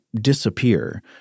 disappear –